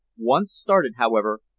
once started, however,